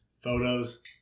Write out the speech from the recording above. photos